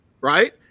right